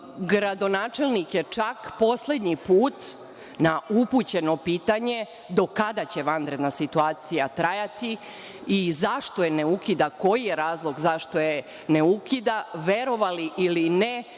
snazi. Gradonačelnik je čak poslednji put, na upućeno pitanje do kada će vanredna situacija trajati i zašto je ne ukida, koji je razlog zašto je ne ukida, verovali ili ne,